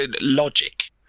Logic